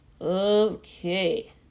okay